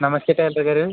నమస్తే టైలర్గారు